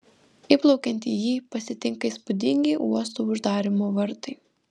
įplaukiant į jį pasitinka įspūdingi uosto uždarymo vartai